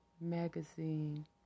Magazine